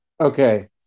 okay